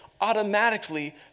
automatically